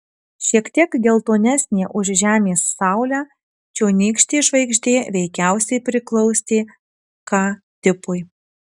šiek tiek geltonesnė už žemės saulę čionykštė žvaigždė veikiausiai priklausė k tipui